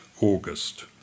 august